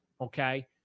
Okay